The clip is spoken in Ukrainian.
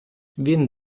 він